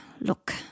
look